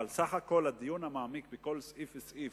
אבל סך הכול, הדיון המעמיק בכל סעיף וסעיף,